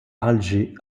alger